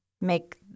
make